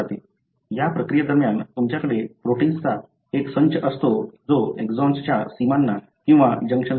या प्रक्रियेदरम्यान तुमच्याकडे प्रोटिन्सचा एक संच असतो जो एक्सॉनच्या सीमांना किंवा जंक्शनला बांधतो